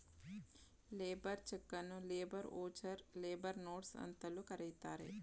labour ಚಕನ್ನು labour voucher, labour notes ಅಂತಲೂ ಕರೆಯುತ್ತಾರೆ